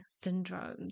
syndromes